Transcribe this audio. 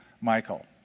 Michael